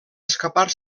escapar